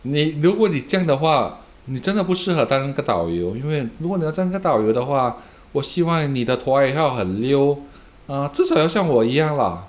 你如果这样的话你真的不适合当一个导游因为如果你要当一个导游的话我希望你的华语要很 err 至少要像我一样 lah